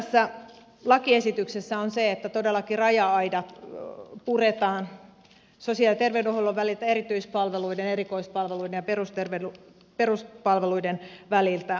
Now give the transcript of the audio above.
hyvää tässä lakiesityksessä on se että todellakin raja aidat puretaan sosiaali ja terveydenhuollon väliltä erikoispalveluiden ja peruspalveluiden väliltä